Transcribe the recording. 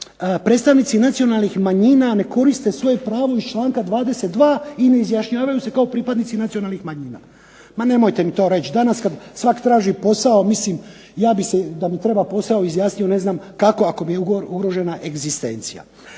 predstavnici nacionalnih manjina ne koriste svoje pravo iz članka 22. i ne izjašnjavaju se kao pripadnici nacionalnih manjina. Ma nemojte mi to reći! Danas kad svak traži posao, mislim, ja bi se da mi treba posao izjasnio ne znam kako ako mi je ugrožena egzistencija.